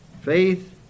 Faith